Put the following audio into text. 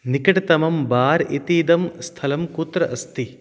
निकटतमं bar इत्येदं स्थलं कुत्र अस्ति